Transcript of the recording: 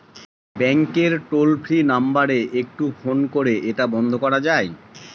ব্যাংকের toll free number একটু phone করে এটা বন্ধ করা যায়?